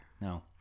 No